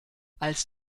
als